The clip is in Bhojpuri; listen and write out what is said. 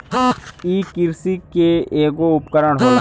इ किरसी के ऐगो उपकरण होला